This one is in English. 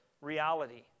reality